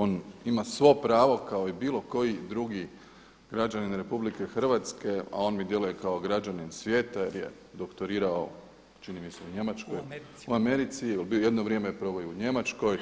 On ima svo pravo kao i bilo koji drugi građanin RH, a on mi djeluje kao građanin svijeta jer je doktorirao čini mi se u Njemačkoj, u Americi jer je bio jedno vrijeme prvo i u Njemačkoj,